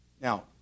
Now